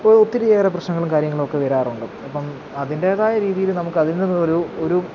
ഇപ്പോൾ ഒത്തിരിയേറെ പ്രശ്നങ്ങളും കാര്യങ്ങളുമൊക്കെ വരാറുണ്ട് അപ്പം അതിൻറ്റേതായ രീതിയിൽ നമുക്കതിൽ നിന്നൊരു ഒരു